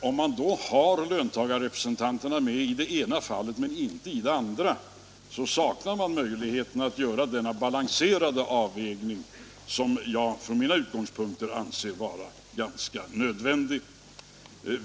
Har man då löntagarrepresentanterna med i det ena fallet men inte i det andra saknar man möjlighet att göra den balanserade avvägning som jag från mina utgångspunkter anser vara ganska nödvändig.